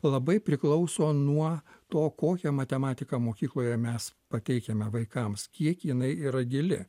labai priklauso nuo to kokią matematiką mokykloje mes pateikiame vaikams kiek jinai yra gili